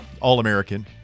All-American